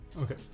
Okay